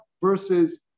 versus